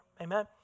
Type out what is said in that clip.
Amen